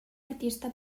artista